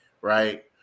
Right